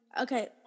Okay